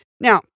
Now